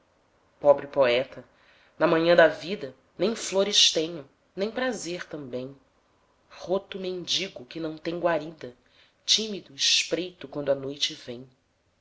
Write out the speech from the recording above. pobre poeta na manhã da vida nem flores tenho nem prazer também roto mendigo que não tem guarida tímido espreito quando a noite vem